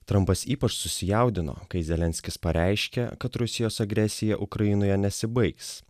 trampas ypač susijaudino kai zelenskis pareiškė kad rusijos agresija ukrainoje nesibaigs